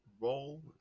roll